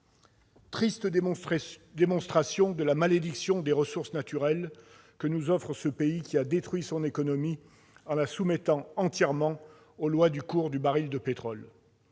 triste démonstration de la « malédiction des ressources naturelles » que nous offre ce pays, qui a détruit son économie en la soumettant entièrement aux lois du cours du baril de pétrole.